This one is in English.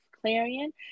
Clarion